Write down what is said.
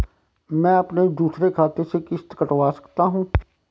मैं अपने दूसरे खाते से किश्त कटवा सकता हूँ?